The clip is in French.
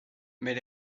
mais